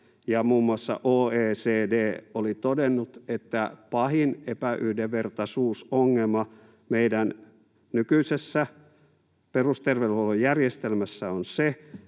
muun muassa OECD oli todennut, että pahin epäyhdenvertaisuusongelma meidän nykyisessä perusterveydenhuollon järjestelmässä on se,